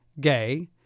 gay